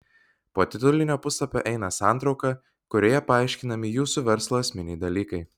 po titulinio puslapio eina santrauka kurioje paaiškinami jūsų verslo esminiai dalykai